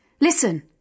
Listen